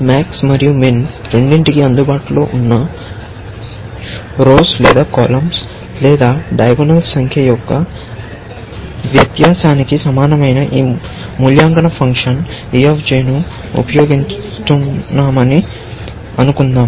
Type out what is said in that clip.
MAX మరియు MIN రెండింటికీ అందుబాటులో ఉన్న రౌస్ లేదా కాలమ్స్ లేదా డియాగోనల్స్ సంఖ్య యొక్క వ్యత్యాసానికి సమానమైన ఈ మూల్యాంకన ఫంక్షన్ e ను ఉపయోగిస్తున్నామని అనుకుందాం